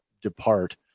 depart